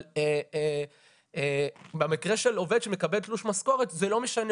אבל במקרה של עובד שמקבל תלוש משכורת, זה לא משנה.